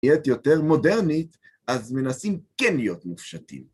נהיית יותר מודרנית, אז מנסים כן להיות מופשטים.